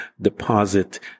deposit